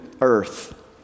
earth